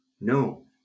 No